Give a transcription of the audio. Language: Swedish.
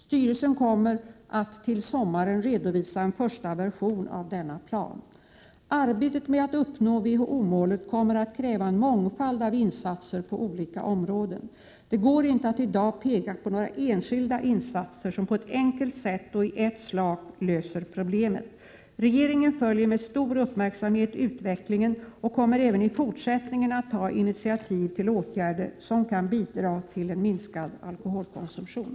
Styrelsen kommer att till sommaren redovisa en första version av denna plan. 5 Arbetet med att uppnå WHO-målet kommer att kräva en mångfald av insatser på olika områden. Det går inte att i dag peka på några enskilda insatser som på ett enkelt sätt och i ett slag löser problemet. Regeringen följer med stor uppmärksamhet utvecklingen och kommer även i fortsättningen att ta initiativ till åtgärder som kan bidra till en minskad alkoholkonsumtion.